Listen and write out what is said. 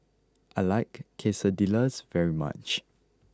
I like Quesadillas very much